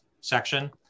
section